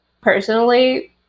personally